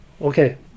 Okay